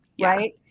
right